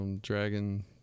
dragon